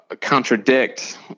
contradict